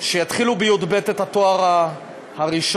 שיתחילו בי"ב את התואר הראשון,